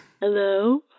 Hello